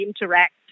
interact